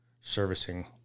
servicing